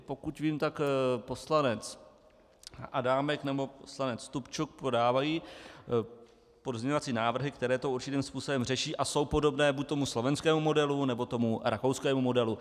Pokud vím, tak poslanec Adámek nebo poslanec Stupčuk podávají pozměňovací návrhy, které to určitým způsobem řeší a jsou podobné buď tomu slovenskému modelu, nebo tomu rakouskému modelu.